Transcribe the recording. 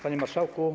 Panie Marszałku!